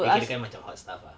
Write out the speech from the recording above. boleh katakan macam hot stuff ah